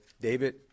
David